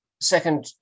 second